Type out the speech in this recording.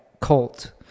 cult